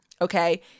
Okay